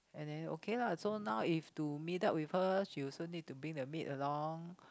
and then okay lah so now if to meet up with her she also need to bring the maid along